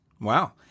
Wow